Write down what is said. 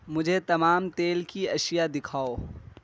مجھے تمام تیل کی اشیاء دکھاؤ